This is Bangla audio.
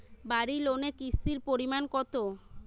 বাড়ি লোনে কিস্তির পরিমাণ কত?